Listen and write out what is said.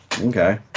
Okay